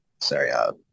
sorry